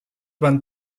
van